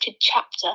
chapter